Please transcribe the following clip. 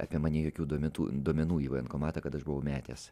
apie mane jokių duometų duomenų į vojenkomatą kad aš buvau metęs